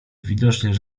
widocznie